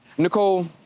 nicole,